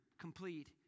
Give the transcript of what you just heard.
complete